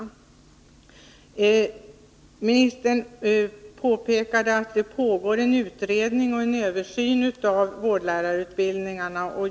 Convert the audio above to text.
Utbildningsministern påpekade att det pågår en utredning och en översyn av vårdlärarutbildningarna.